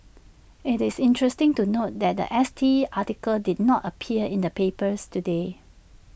IT is interesting to note that The S T article did not appear in the papers today